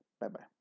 Bye-bye